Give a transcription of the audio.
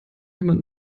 jemand